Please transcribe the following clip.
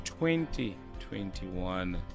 2021